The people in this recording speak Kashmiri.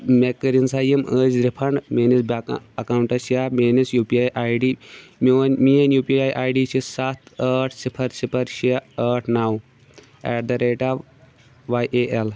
مےٚ کٔرِنۍ سا یِم أزۍ رِفَنٛڈ میٲنِس بیںٛک اَکاوُنٛٹَس یا میٲنِس U P I I D میون میٲنۍ U P I I D چھِ سَتھ ٲٹھ صِفَر صِفَر شیٚے ٲٹھ نَو eight the rate of Y A L